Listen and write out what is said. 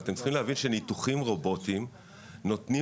אתם צריכים להבין שניתוחים רובוטיים נותנים